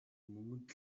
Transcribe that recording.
мөнгөнд